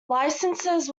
licences